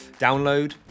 download